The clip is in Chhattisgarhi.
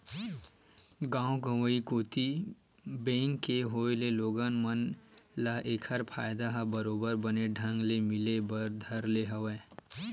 गाँव गंवई कोती बेंक के होय ले लोगन मन ल ऐखर फायदा ह बरोबर बने ढंग ले मिले बर धर ले हवय